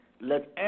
let